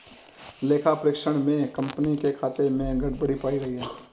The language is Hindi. लेखा परीक्षण में कंपनी के खातों में गड़बड़ी पाई गई